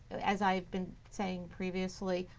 as i have been saying previously,